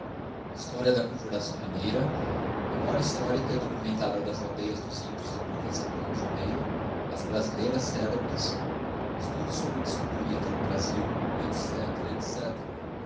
historia da conjuração mineira memoria histórica e documentada das aldeias dos índios da província do rio de janeiro as brasileiras ceiebres estudo sobre o descobrimento do brasil